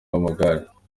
w’amagare